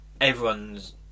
everyone's